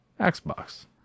Xbox